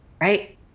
right